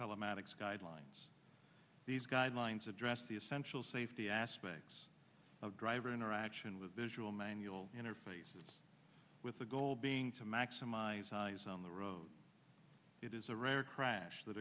telematics guidelines these guidelines address the essential safety aspects of driver interaction with visual manual interfaces with the goal being to maximize size on the road it is a rare crash that